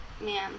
man